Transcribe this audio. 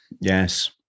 Yes